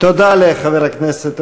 אני רוצה שאימא תפסיק לבכות,